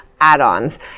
add-ons